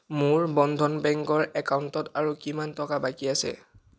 মোৰ বন্ধন বেংকৰ একাউণ্টত আৰু কিমান টকা বাকী আছে